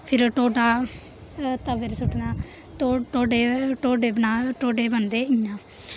फिर ओह् ढोडा तवे पर सु'ट्टना तो ढोडे ढोडे बना ढोडे बनदे इ'यां